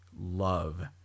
love